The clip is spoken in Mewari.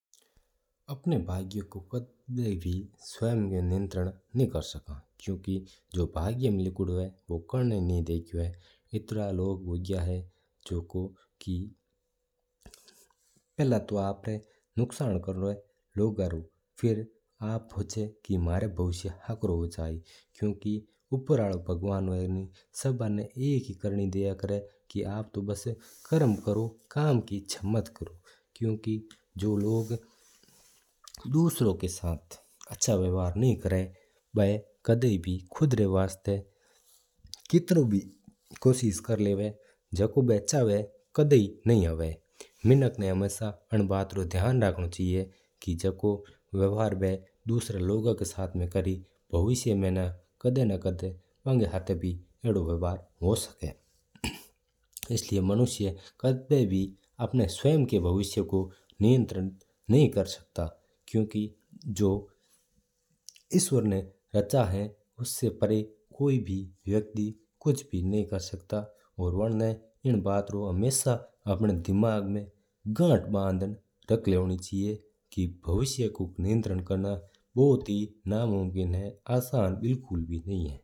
आपणा भाग्य को कदा भी स्वयं नियंत्रण कोन कर सका क्यूंकि जो भाग्य में लिखा हो है वो होर ही रेव ला। पहला तो लोग नुकसान कर देवा दूजा रू और पच्छ सोच कियो मनो भाग्य चोको है। क्यूंकि उपर आली भगवान है नी वो सबना एक ही करनी देवा है। की आप कर्म करो आप फल की चिंता ना करो बस काम करता रहो मैं फल अपना आप ही देवा ला। और भगवान आ ही हंगा ना समझा है कि तू कार्य कर।